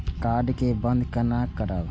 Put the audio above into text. Card के बन्द केना करब?